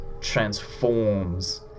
transforms